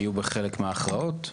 היו בחלק מההכרעות?